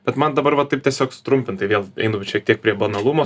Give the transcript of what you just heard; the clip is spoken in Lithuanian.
bet man dabar vat taip tiesiog sutrumpintai vėl einu šiek tiek prie banalumo